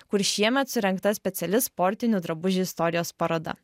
kur šiemet surengta speciali sportinių drabužių istorijos paroda